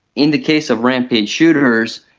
in the case of rampage shooters,